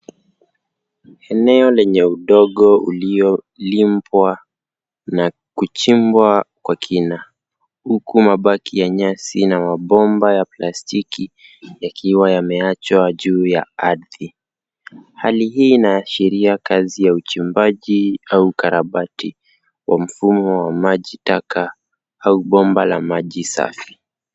Eneo lenye udongo uliolimwa na kuchimbwa kwa kina huku mabaki ya nyasi na mabomba ya plastiki yakiwa yamewachwa juu ya ardhi. Hali hii inaashiria kazi ya uchimbaji au ukarabati wa mfumo wa majitaka au bomba la maji safi.